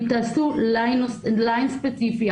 אם תעשו ליין ספציפי,